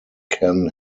ken